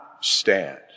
stand